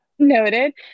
Noted